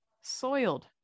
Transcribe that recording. soiled